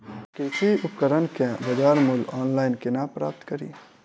कृषि उपकरण केँ बजार मूल्य ऑनलाइन केना प्राप्त कड़ी?